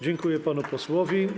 Dziękuję panu posłowi.